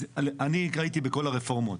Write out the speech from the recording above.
אני הייתי בכל הרפורמות.